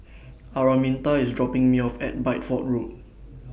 Araminta IS dropping Me off At Bideford Road